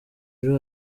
ejo